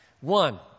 One